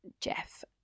Jeff